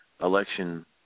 election